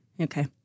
Okay